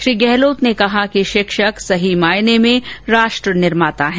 श्री गहलोत ने कहा कि शिक्षक सही मायने में राष्ट्र निर्माता हैं